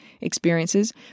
experiences